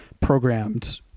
programmed